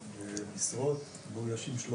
מאויישים.